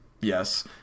Yes